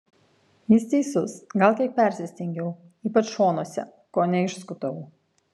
jis teisus gal kiek persistengiau ypač šonuose kone išskutau